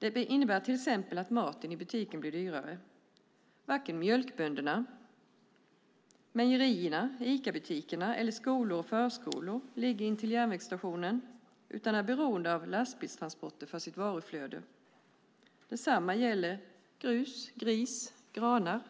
Det innebär till exempel att maten i butiken blir dyrare. Varken mjölkbönderna, mejerierna, Icabutikerna eller skolor och förskolor ligger intill järnvägsstationen utan är beroende av lastbilstransporter för sitt varuflöde. Detsamma gäller grus, gris och granar.